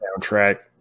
soundtrack